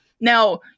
Now